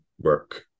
work